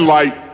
light